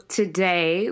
today